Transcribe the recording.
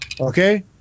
Okay